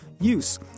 use